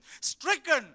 stricken